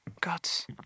Gods